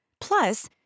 Plus